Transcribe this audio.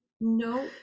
No